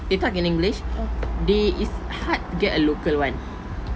they talk in english they is hard to get a local [one]